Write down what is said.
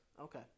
Okay